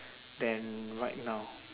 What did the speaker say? than right now